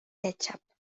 kecap